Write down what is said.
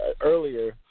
earlier